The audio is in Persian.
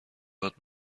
وات